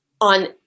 on